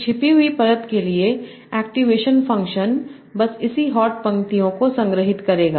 तो छिपी हुई परत के लिए एक्टिवेशन फ़ंक्शन बस इसी हॉट पंक्तियों को संग्रहित करेगा